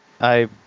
I